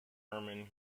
hermann